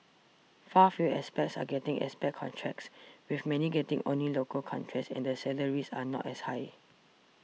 far fewer expats are getting expat contracts with many getting only local contracts and the salaries are not as high